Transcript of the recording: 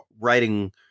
writing